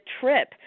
trip